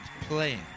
playing